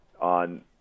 on